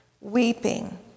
weeping